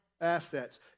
assets